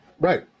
Right